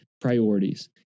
priorities